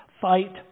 Fight